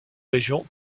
régions